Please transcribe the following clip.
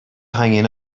hanging